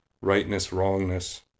rightness-wrongness